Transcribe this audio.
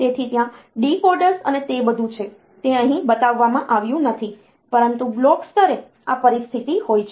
તેથી ત્યાં ડીકોડર્સ અને તે બધું છે તે અહીં બતાવવામાં આવ્યું નથી પરંતુ બ્લોક સ્તરે આ પરિસ્થિતિ હોય છે